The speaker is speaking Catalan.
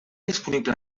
disponible